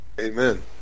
Amen